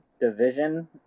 division